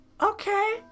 Okay